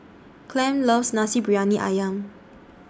Clem loves Nasi Briyani Ayam